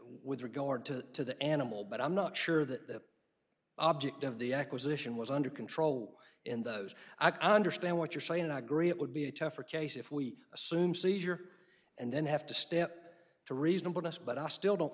with regard to the animal but i'm not sure that the object of the acquisition was under control in those i understand what you're saying and i agree it would be a tougher case if we assume seizure and then have to step to reasonable doubts but i still